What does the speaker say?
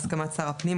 בהסכמת שר הפנים,